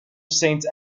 sainte